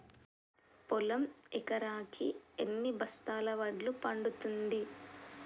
పొలం ఎకరాకి ఎన్ని బస్తాల వడ్లు పండుతుంది?